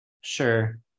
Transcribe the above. sure